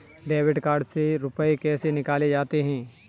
Debit card से रुपये कैसे निकाले जाते हैं?